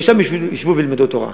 ושם ישבו וילמדו תורה.